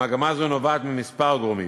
מגמה זו נובעת מכמה גורמים: